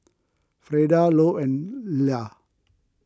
Frieda Lou and Ilah